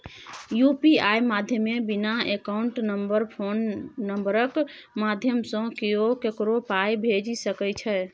UPI माध्यमे बिना account number phone नंबरक माध्यमसँ केओ ककरो पाइ भेजि सकै छै